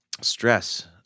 stress